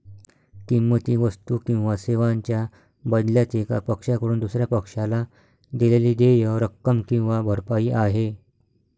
किंमत ही वस्तू किंवा सेवांच्या बदल्यात एका पक्षाकडून दुसर्या पक्षाला दिलेली देय रक्कम किंवा भरपाई आहे